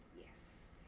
Yes